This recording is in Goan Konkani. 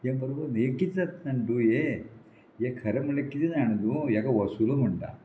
हें बरोबर हें कितें जाता तूं ये हें खरें म्हणल्यार कितें जाण तूं हेका वसुलो म्हणटा